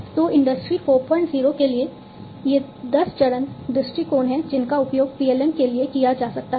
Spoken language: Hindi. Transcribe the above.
तो इंडस्ट्री 40 के लिए ये 10 चरण दृष्टिकोण हैं जिनका उपयोग PLM के लिए किया जा सकता है